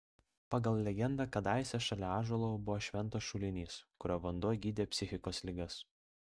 pagal legendą kadaise šalia ąžuolo buvo šventas šulinys kurio vanduo gydė psichikos ligas